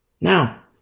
Now